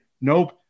Nope